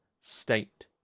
state